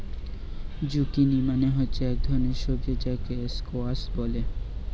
zucchini মানে হচ্ছে এক ধরণের সবজি যাকে স্কোয়াস বলে